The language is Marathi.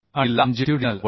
आणि लाँजिट्युडिनल VLI